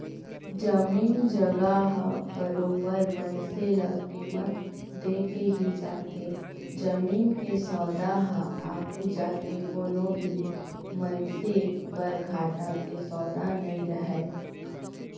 जमीन जघा ह बरोबर मनसे ल कीमत देके ही जाथे जमीन के सौदा ह आघू जाके कोनो भी मनसे बर घाटा के सौदा नइ रहय